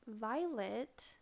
Violet